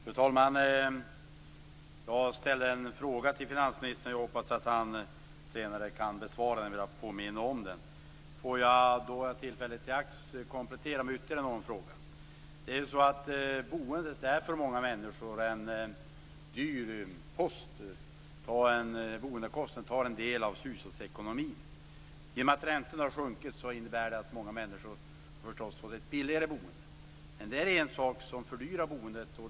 Fru talman! Jag ställde en fråga till finansministern. Jag hoppas att han senare kan besvara den. Jag vill påminna om den. Jag kan ta tillfället i akt att komplettera med ytterligare någon fråga. Boendet är för många människor en stor post. Boendekostnaden tar en del av hushållsekonomin. Genom att räntorna har sjunkit har många människor förstås fått ett billigare boende. Men det finns något som fördyrar boendet.